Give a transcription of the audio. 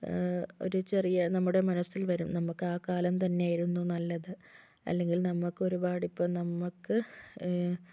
ഒരു ചെറിയ നമ്മുടെ മനസ്സിൽ വരും നമുക്ക് ആ കാലം തന്നെയായിരുന്നു നല്ലത് അല്ലെങ്കിൽ നമുക്കൊരുപാടിപ്പോൾ നമുക്ക്